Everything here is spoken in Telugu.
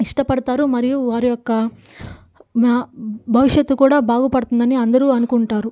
ఇష్టపడతారు మరియు వారియొక్క నా భవిష్యత్తు కూడా బాగుపడుతుందని అందరూ అనుకుంటారు